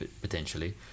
potentially